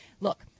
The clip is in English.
Look